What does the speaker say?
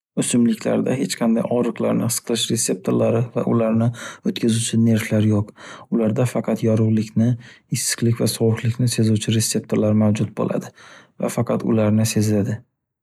O'simliklarda hech qanday og'riqlarni his qiluvchi retseptorlari va ularni o'tkazuvchi nervlar yo'q. Ularda faqat yorug'likni, issiqlik va sovuqlikni sezuvchi retseptorlar mavjud bo'ladi. Va faqat ularni sezadi.